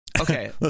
Okay